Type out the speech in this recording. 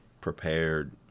prepared